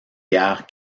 guerres